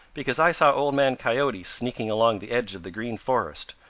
because i saw old man coyote sneaking along the edge of the green forest,